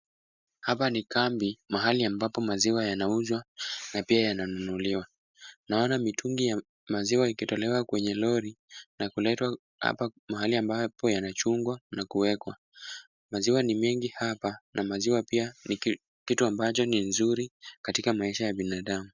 Hapa ni kambi, mahali ambapo maziwa yanauzwa na pia yananunuliwa. Naona mitungi ya maziwa ikitolewa kwenye lori, na kuletwa hapa mahali ambapo yanachungwa na kuwekwa. Maziwa ni mingi hapa, na maziwa ni kitu ambacho ni nzuri katika maisha ya binadamu.